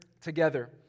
together